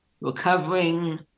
recovering